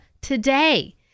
today